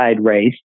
race